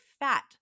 fat